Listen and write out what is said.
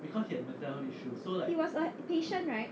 he was a patient right